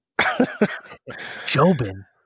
Jobin